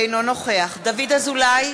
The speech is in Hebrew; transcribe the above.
אינו נוכח דוד אזולאי,